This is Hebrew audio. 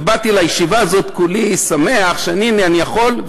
ובאתי אל הישיבה הזאת כולי שמח שהנה אני יכול,